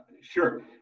Sure